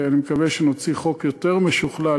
ואני מקווה שנוציא חוק יותר משוכלל,